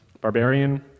barbarian